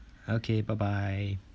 okay bye bye